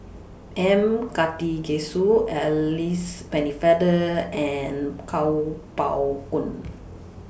M Karthigesu Alice Pennefather and Kuo Pao Kun